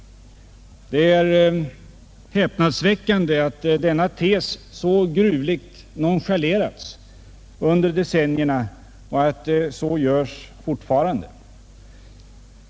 Det är häpnadsväckande att denna tes så gruvligt nonchalerats under decennierna och att så görs fortfarande.